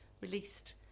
released